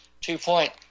two-point